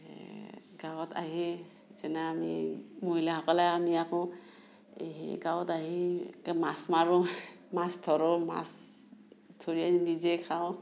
গাঁৱত আহি যেনে আমি মহিলাসকলে আমি আকৌ এই গাঁৱত আহি মাছ মাৰোঁ মাছ ধৰোঁ মাছ ধৰি আনি নিজে খাওঁ